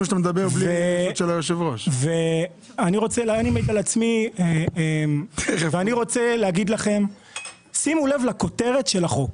מעיד על עצמי ואני רוצה להגיד לכם שימו לב לכותרת של החוק